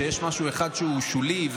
כשיש משהו אחד שהוא שולי,